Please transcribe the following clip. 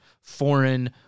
foreign